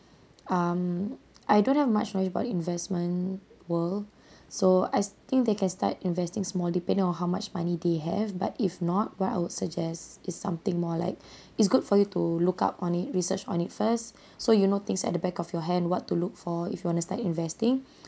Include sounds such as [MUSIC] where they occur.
um I don't have much knowledge about investment world [BREATH] so I s~ think they can start investing small depending on how much money they have but if not what I would suggest is something more like [BREATH] it's good for you to look up on it research on it first [BREATH] so you know things at the back of your hand what to look for if you want to start investing [BREATH]